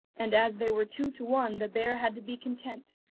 and as they were two to one the bear had to be content,